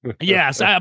Yes